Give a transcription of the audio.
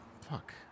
Fuck